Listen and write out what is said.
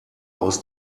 aus